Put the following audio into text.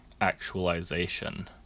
Actualization